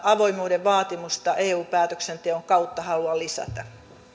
avoimuuden vaatimusta eu päätöksenteon kautta halua lisätä